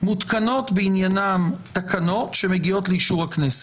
מותקנות בעניינן תקנות שמגיעות לאישור הכנסת.